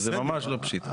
זה ממש לא פשיטא.